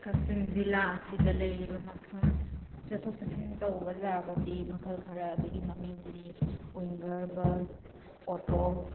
ꯀꯛꯆꯤꯡ ꯖꯤꯂꯥ ꯑꯁꯤꯗ ꯂꯩꯔꯤꯕ ꯃꯐꯝ ꯆꯠꯊꯣꯛ ꯆꯠꯁꯤꯟ ꯇꯧꯕ ꯌꯥꯕꯗꯤ ꯃꯈꯜ ꯈꯔ ꯑꯗꯨꯒꯤ ꯃꯃꯤꯡꯗꯤ ꯋꯤꯡꯒꯔ ꯕꯁ ꯑꯣꯇꯣ